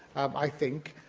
i think,